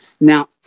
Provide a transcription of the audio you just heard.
now